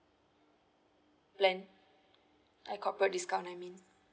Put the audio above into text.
plan uh corporate discount I mean